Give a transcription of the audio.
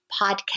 podcast